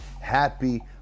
Happy